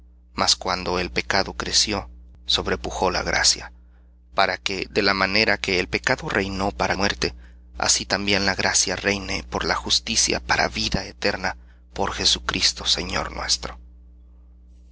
mas cuando el pecado creció sobrepujó la gracia para que de la manera que el pecado reinó para muerte así también la gracia reine por la justicia para vida eterna por jesucristo señor nuestro